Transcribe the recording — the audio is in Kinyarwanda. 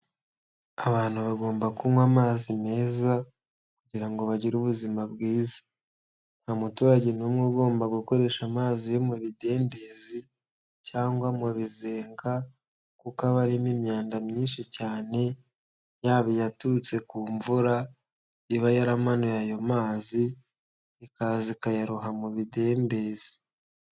Abantu bagomba kunywa amazi meza kugira ngo bagire ubuzima bwiza, nta muturage n'umwe ugomba gukoresha amazi yo mu bidendezi cyangwa mu bizenga kuko aba arimo imyanda myinshi cyane, yaba yaturutse ku mvura iba yaramanuye ayo mazi ikaza ikayaroha mu bidendezi.